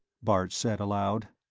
bart said aloud.